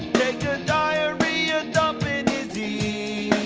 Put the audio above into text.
diarrhea dump in the